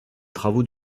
travaux